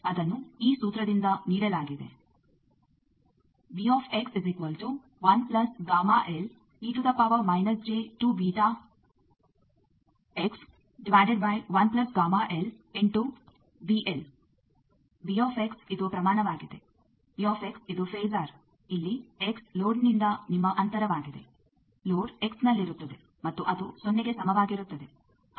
ಅದನ್ನು ಈ ಸೂತ್ರದಿಂದ ನೀಡಲಾಗಿದೆ ಇದು ಪ್ರಮಾಣವಾಗಿದೆ ಇದು ಫೇಸರ್ ಇಲ್ಲಿ ಎಕ್ಸ್ ಲೋಡ್ನಿಂದ ನಿಮ್ಮ ಅಂತರವಾಗಿದೆ ಲೋಡ್ ಎಕ್ಸ್ನಲ್ಲಿರುತ್ತದೆ ಮತ್ತು ಅದು ಸೊನ್ನೆಗೆ ಸಮವಾಗಿರುತ್ತದೆ